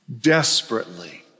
desperately